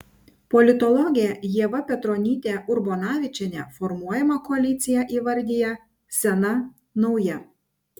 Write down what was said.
politologė ieva petronytė urbonavičienė formuojamą koaliciją įvardija sena nauja